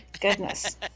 Goodness